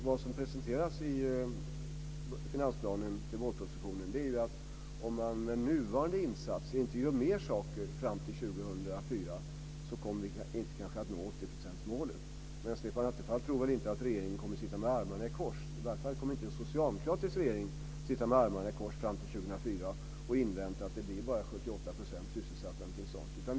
Vad som presenteras i finansplanen, i vårpropositionen, är att om man med nuvarande inte gör mer saker fram till 2004 kommer vi kanske inte att nå 80 procentsmålet. Stefan Attefall tror väl inte att regeringen kommer att sitta med armarna i kors, i varje fall kommer inte en socialdemokratisk regering att sitta med armarna i kors fram till 2004 och invänta att det bara blir 78 % sysselsatta eller så.